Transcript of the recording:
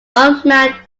unmanned